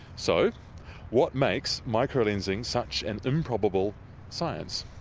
so what makes microlensing such an improbable science?